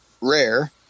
rare